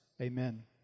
Amen